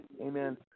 Amen